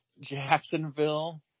Jacksonville